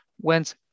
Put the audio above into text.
went